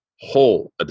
whole